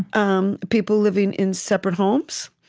um people living in separate homes,